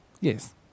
Yes